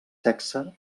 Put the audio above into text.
sexe